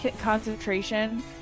concentration